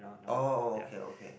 oh oh okay okay